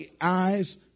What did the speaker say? eyes